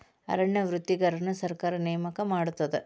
ಅರಣ್ಯ ವೃತ್ತಿಗಾರರನ್ನು ಸರ್ಕಾರ ನೇಮಕ ಮಾಡುತ್ತದೆ